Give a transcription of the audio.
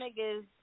niggas